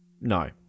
No